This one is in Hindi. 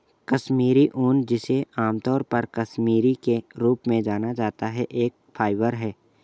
कश्मीरी ऊन, जिसे आमतौर पर कश्मीरी के रूप में जाना जाता है, एक फाइबर है